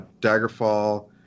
Daggerfall